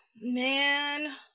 Man